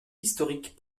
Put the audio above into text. historique